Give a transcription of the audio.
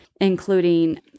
including